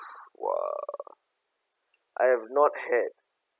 !wah! I have not had